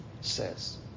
says